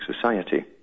society